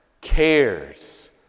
cares